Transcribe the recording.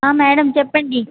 madam చెప్పండి